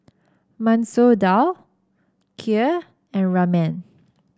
Masoor Dal Kheer and Ramen